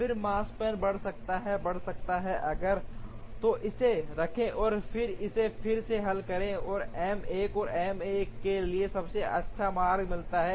फिर माकस्पैन बढ़ सकता है बढ़ सकता है अगर तो इसे रखें और फिर इसे फिर से हल करें एम 1 को एम 1 के लिए सबसे अच्छा मार्ग मिलता है